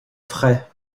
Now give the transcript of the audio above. frais